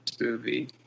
movie